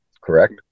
Correct